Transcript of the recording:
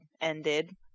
ended